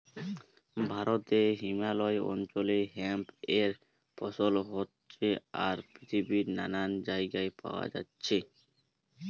ভারতে হিমালয় অঞ্চলে হেম্প এর ফসল হচ্ছে আর পৃথিবীর নানান জাগায় পায়া যাচ্ছে